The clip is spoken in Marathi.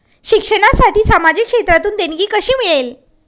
शिक्षणासाठी सामाजिक क्षेत्रातून देणगी कशी मिळेल?